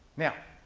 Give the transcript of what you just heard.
now,